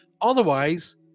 Otherwise